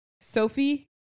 Sophie